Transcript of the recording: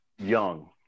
young